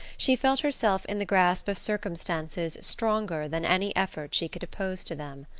she felt herself in the grasp of circumstances stronger than any effort she could oppose to them.